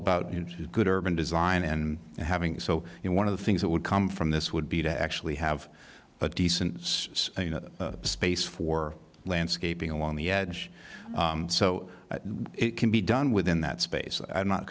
about good urban design and having so one of the things that would come from this would be to actually have a decent space for landscaping along the edge so that it can be done within that space i'm not